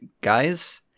guys